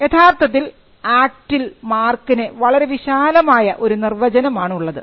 യഥാർത്ഥത്തിൽ ആക്ടിൽ മാർക്കിന് വളരെ വിശാലമായ ഒരു നിർവചനം ആണുള്ളത്